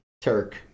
Turk